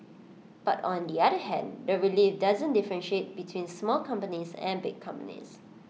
but on the other hand the relief doesn't differentiate between small companies and big companies